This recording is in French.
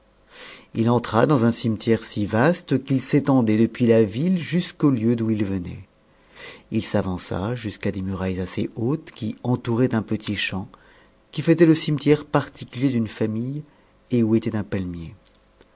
h entra dans un cimetière si vaste qu'il s'étendait depuis la ville jusqu'au lieu d'où il venait il s'avança jusqu'à des murailles assez hautes qui entouraient un petit champ qui faisait le cimetière particulier d'une famille et où était un palmier